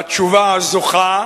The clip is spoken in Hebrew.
והתשובה הזוכה